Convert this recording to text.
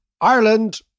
Ireland